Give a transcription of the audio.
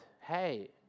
Hey